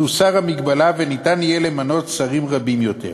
תוסר ההגבלה וניתן יהיה למנות שרים רבים יותר.